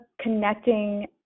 connecting